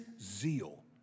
zeal